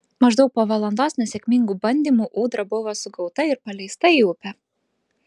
maždaug po valandos nesėkmingų bandymų ūdra buvo sugauta ir paleista į upę